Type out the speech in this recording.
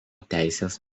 teisės